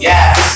Yes